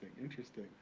interesting